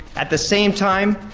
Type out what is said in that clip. at the same time,